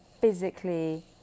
physically